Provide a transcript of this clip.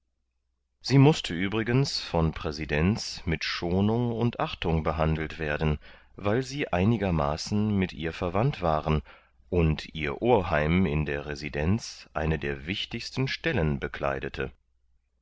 sie mußte übrigens von präsidents mit schonung und achtung behandelt werden weil sie einigermaßen mit ihr verwandt waren und ihr oheim in der residenz eine der wichtigsten stellen bekleidete